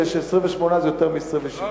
זה ש-28 זה יותר מ-27.